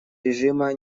режима